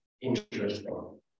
interesting